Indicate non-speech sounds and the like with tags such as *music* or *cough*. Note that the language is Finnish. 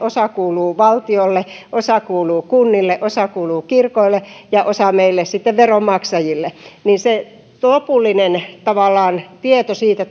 niin osa kuuluu valtiolle osa kuuluu kunnille osa kuuluu kirkoille ja osa sitten meille veronmaksajille ja se lopullinen tavallaan tieto siitä *unintelligible*